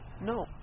No